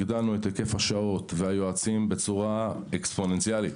הגדלנו את היקף השעות והיועצים בצורה אקספוננציאלית.